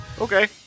Okay